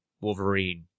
Wolverine